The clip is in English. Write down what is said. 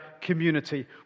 community